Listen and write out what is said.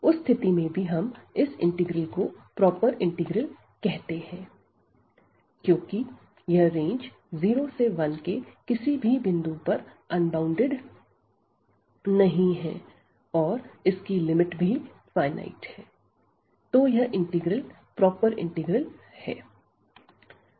उस स्थिति में भी हम इस इंटीग्रल को प्रॉपर इंटीग्रल कहते हैं क्योंकि यह रेंज 0 से 1 के किसी भी बिंदु पर अनबॉउंडेड नहीं और इसकी लिमिट भी फायनाइट है तो यह इंटीग्रल प्रॉपर इंटीग्रल है